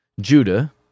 Judah